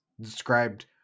described